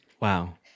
Wow